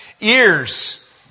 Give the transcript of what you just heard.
Ears